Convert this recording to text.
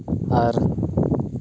ᱟᱨ